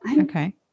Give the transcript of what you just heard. Okay